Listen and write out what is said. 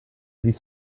dies